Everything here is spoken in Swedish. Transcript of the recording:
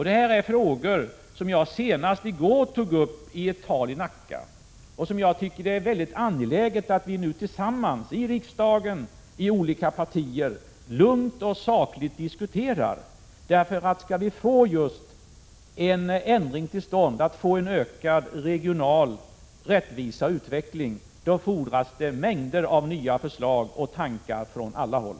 Det här är frågor som jag senast i går tog upp i ett tal i Nacka och som jag tycker att det är angeläget att vi nu tillsammans — i riksdagen, i olika partier — lugnt och sakligt diskuterar. Skall vi få en ändring till stånd och åstadkomma en ökad regional rättvisa och utveckling, fordras det mängder av nya förslag och tankar från alla håll.